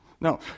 No